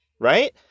right